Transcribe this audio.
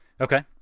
Okay